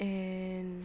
and